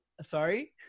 Sorry